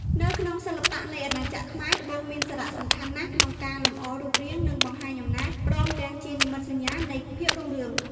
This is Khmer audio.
នៅក្នុងសិល្បៈនៃអាណាចក្រខ្មែរ ត្បូងមានសារៈសំខាន់ណាស់ក្នុងការលម្អរូបរាង និងបង្ហាញអំណាច ព្រមទាំងជានិមិត្តសញ្ញានៃភាពរុងរឿង។